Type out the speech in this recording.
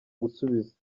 gusubiza